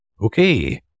okay